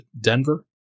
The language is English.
Denver